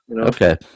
Okay